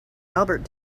albert